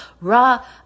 raw